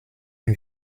une